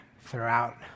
throughout